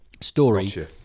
story